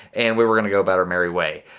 and we were gonna go about our merry way.